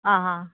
आं हां